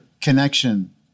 connection